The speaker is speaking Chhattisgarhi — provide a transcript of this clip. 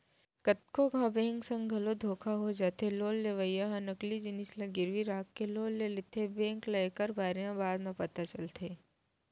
कतको घांव बेंक संग घलो धोखा हो जाथे लोन लेवइया ह नकली जिनिस ल गिरवी राखके लोन ले लेथेए बेंक ल एकर बारे म बाद म पता चलथे